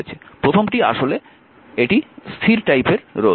প্রথমটি আসলে এটি স্থির টাইপের রোধ